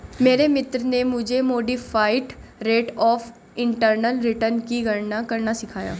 मेरे मित्र ने मुझे modified rate of internal return की गणना करना सिखाया